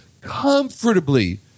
comfortably